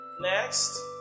Next